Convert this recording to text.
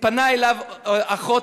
מתפנה אליו אחות,